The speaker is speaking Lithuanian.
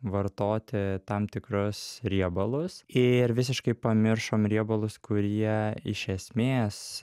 vartoti tam tikrus riebalus ir visiškai pamiršom riebalus kurie iš esmės